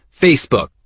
Facebook